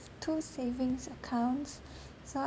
two savings accounts so I